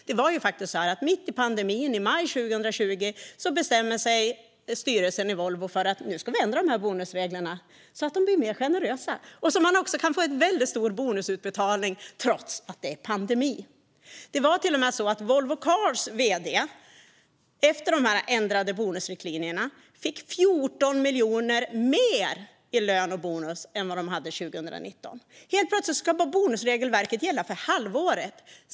Det var ju faktiskt så att styrelsen i Volvo mitt under pandemin, i maj 2020, bestämde sig för att ändra bonusreglerna så att de blev mer generösa och så att man kunde få en väldigt stor bonusutbetalning trots att det var pandemi. Det var till och med så att Volvo Cars vd efter att bonusriktlinjerna ändrats fick 14 miljoner mer i lön och bonus än vad vd:n hade 2019. Helt plötsligt skulle bonusregelverket gälla för halvåret.